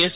S